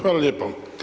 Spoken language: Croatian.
Hvala lijepo.